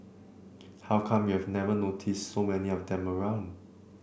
how come you've never noticed so many of them around